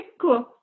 cool